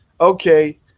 okay